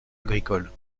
agricole